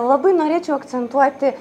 labai norėčiau akcentuoti